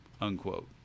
unquote